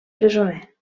presoner